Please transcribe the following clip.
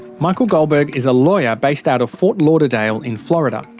michael goldberg is a lawyer based out of fort lauderdale in florida.